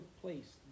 place